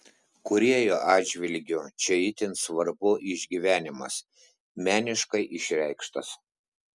kūrėjo atžvilgiu čia itin svarbu išgyvenimas meniškai išreikštas